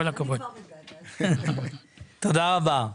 תודה רבה.